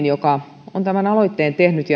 joka on tämän aloitteen tehnyt